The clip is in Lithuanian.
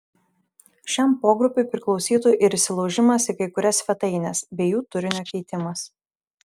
šiam pogrupiui priklausytų ir įsilaužimas į kai kurias svetaines bei jų turinio keitimas